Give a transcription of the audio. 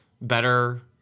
better